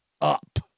up